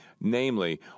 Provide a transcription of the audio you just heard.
namely